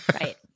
Right